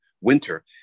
winter